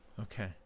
okay